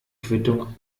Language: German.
quittung